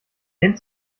kennt